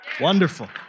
Wonderful